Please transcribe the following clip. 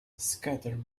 scattered